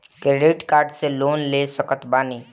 Credit card से loan ले सकत बानी?